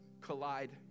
collide